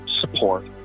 support